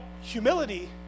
humility